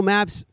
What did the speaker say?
Maps